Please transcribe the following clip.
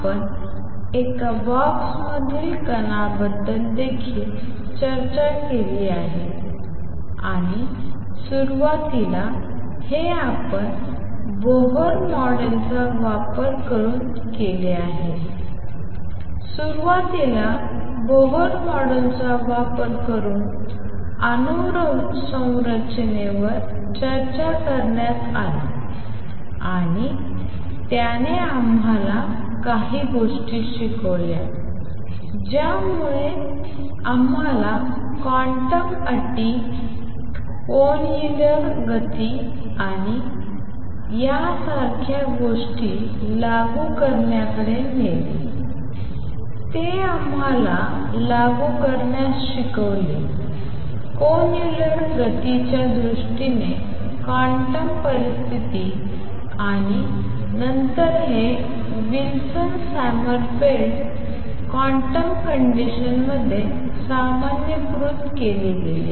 आपण एका बॉक्समधील कणांबद्दल देखील चर्चा केली आणि सुरुवातीला हे आपण बोहर मॉडेलचा वापर करून केले आहे सुरुवातीला बोहर मॉडेलचा वापर करून अणुसंरचनेवर चर्चा करण्यात आली आणि त्याने आम्हाला काही गोष्टी शिकवल्या ज्यामुळे आम्हाला क्वांटम अटी कोन्युलर गती आणि त्यासारख्या गोष्टी लागू करण्याकडे नेले ते आम्हाला लागू करण्यास शिकवले कोन्युलर गतीच्या दृष्टीने क्वांटम परिस्थिती आणि नंतर हे विल्सन सॉमरफेल्ड क्वांटम कंडिशनमध्ये सामान्यीकृत केले गेले